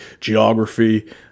geography